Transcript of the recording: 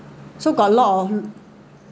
so got a lot of